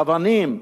אבנים,